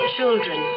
Children